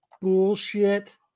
bullshit